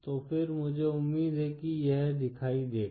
तो फिर मुझे उम्मीद है कि यह दिखाई देगा